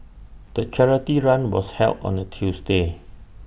the charity run was held on A Tuesday